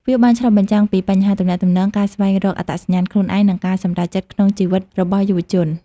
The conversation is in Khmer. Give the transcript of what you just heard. វាបានឆ្លុះបញ្ចាំងពីបញ្ហាទំនាក់ទំនង ការស្វែងរកអត្តសញ្ញាណខ្លួនឯង និងការសម្រេចចិត្តក្នុងជីវិតរបស់យុវជន។